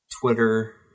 Twitter